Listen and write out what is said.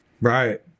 Right